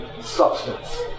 substance